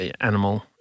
animal